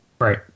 Right